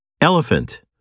Elephant